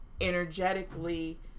energetically